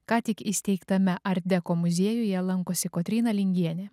ką tik įsteigtame art deko muziejuje lankosi kotryna lingienė